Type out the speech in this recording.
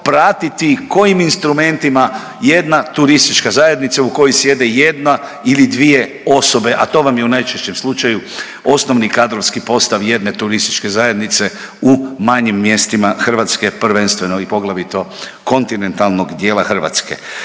pratiti i kojim instrumentima jedna turistička zajednica u kojoj sjede jedna ili dvije osobe, a to vam je u najčešćem slučaju osnovni kadrovski postav jedne turističke zajednice u manjim mjestima Hrvatske, prvenstveno i poglavito kontinentalnog dijela Hrvatske.